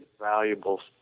valuable